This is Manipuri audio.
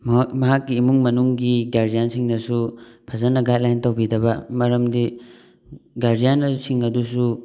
ꯃꯍꯥꯛꯀꯤ ꯏꯃꯨꯡ ꯃꯅꯨꯡꯒꯤ ꯒꯥꯔꯖꯤꯌꯥꯟꯁꯤꯡꯅꯁꯨ ꯐꯖꯅ ꯒꯥꯏꯗ ꯂꯥꯏꯟ ꯇꯧꯕꯤꯗꯕ ꯃꯔꯝꯗꯤ ꯒꯥꯔꯖꯤꯌꯥꯟꯁꯤꯡ ꯑꯗꯨꯁꯨ